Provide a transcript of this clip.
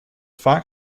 vaak